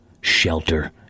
shelter